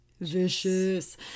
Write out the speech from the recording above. vicious